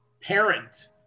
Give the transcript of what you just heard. parent